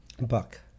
buck